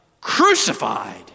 crucified